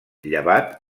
llevat